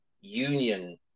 union